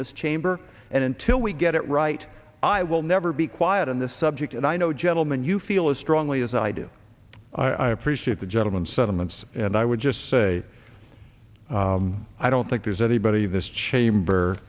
this chamber and until we get it right i will never be quiet on this subject and i know gentlemen you feel as strongly as i do i appreciate the gentleman sentiments and i would just say i don't think there's anybody in this chamber